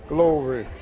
Glory